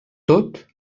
tot